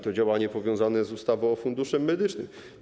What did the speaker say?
To działanie powiązane z ustawą o Funduszu Medycznym.